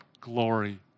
glory